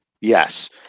yes